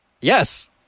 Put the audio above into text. Yes